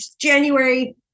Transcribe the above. January